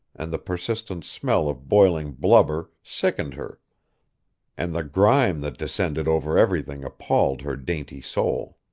and the persistent smell of boiling blubber sickened her and the grime that descended over everything appalled her dainty soul.